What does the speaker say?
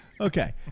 Okay